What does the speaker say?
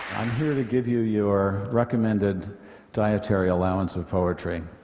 i'm here to give you your recommended dietary allowance of poetry.